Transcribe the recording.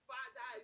Father